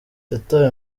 yatawe